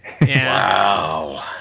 Wow